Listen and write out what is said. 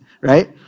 right